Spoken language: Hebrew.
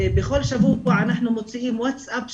בכל שבוע אנחנו מוציאים ווטסאפ שבועי,